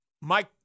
Mike